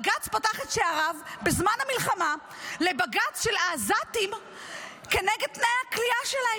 בג"ץ פתח את שעריו בזמן המלחמה לבג"ץ של העזתים כנגד תנאי הכליאה שלהם,